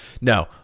No